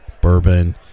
bourbon